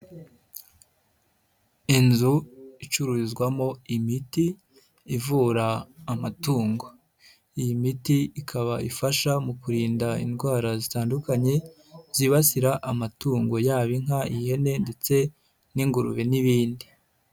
Inzu icururizwamo imiti ivura amatungo, iyi miti ikaba ifasha mu kurinda indwara zitandukanye zibasira amatungo yaba inka, ihene ndetse n'ingurube n'ibindi.